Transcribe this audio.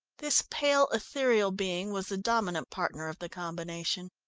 this pale, ethereal being was the dominant partner of the combination.